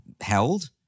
held